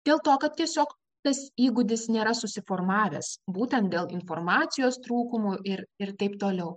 dėl to kad tiesiog tas įgūdis nėra susiformavęs būtent dėl informacijos trūkumų ir ir taip toliau